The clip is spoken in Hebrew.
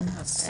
אוקי.